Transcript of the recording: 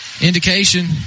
indication